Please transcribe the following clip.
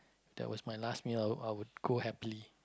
that was my last meal I would I would go happily